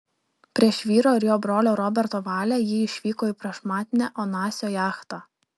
prieš vyro ir jo brolio roberto valią ji išvyko į prašmatnią onasio jachtą